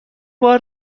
بار